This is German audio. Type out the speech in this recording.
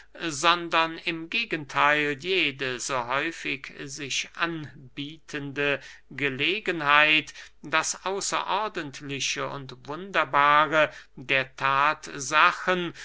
sondern im gegentheil jede so häufig sich anbietende gelegenheit das außerordentliche und wunderbare der